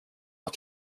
att